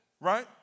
Right